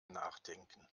nachdenken